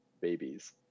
babies